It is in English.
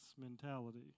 mentality